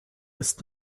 ist